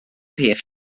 peth